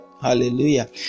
Hallelujah